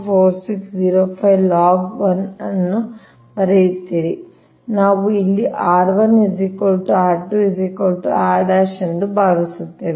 4605 log 1 ಅನ್ನು ಬರೆಯುತ್ತೀರಿ ನಾವು ಇಲ್ಲಿ r 1 r 2 r ಎಂದು ಭಾವಿಸುತ್ತೇವೆ